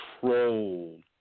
troll